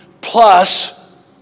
plus